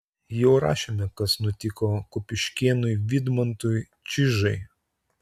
jau rašėme kas nutiko kupiškėnui vidmantui čižai